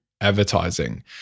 advertising